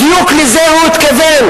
בדיוק לזה הוא התכוון.